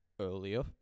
earlier